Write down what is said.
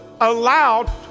allowed